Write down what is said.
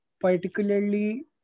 particularly